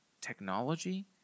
technology